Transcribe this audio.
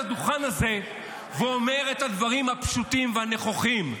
הדוכן הזה ואומר את הדברים הפשוטים והנכוחים,